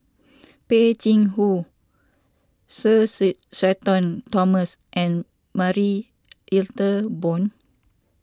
Peh Chin Hua Sir Shenton Thomas and Marie Ethel Bong